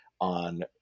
on